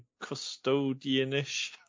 custodianish